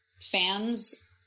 fans